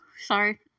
sorry